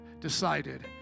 decided